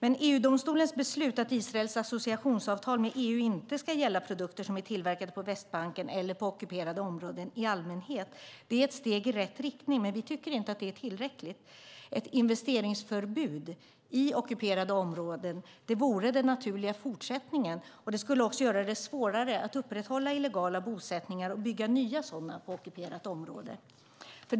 EU-domstolens beslut att Israels associationsavtal med EU inte ska gälla produkter som är tillverkade på Västbanken eller på ockuperade områden i allmänhet är ett steg i rätt riktning, men vi tycker inte att det är tillräckligt. Ett investeringsförbud i ockuperade områden vore den naturliga fortsättningen och skulle göra det svårare att upprätthålla illegala bosättningar och bygga nya sådana på ockuperat område.